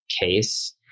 case